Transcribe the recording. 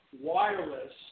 wireless